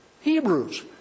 Hebrews